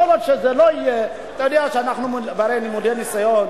כל עוד זה לא יהיה, אנחנו למודי ניסיון,